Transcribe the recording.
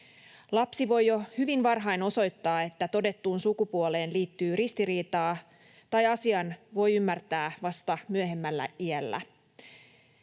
Lapsi voi jo hyvin varhain osoittaa, että todettuun sukupuoleen liittyy ristiriitaa, tai asian voi ymmärtää vasta myöhemmällä iällä.